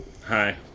Hi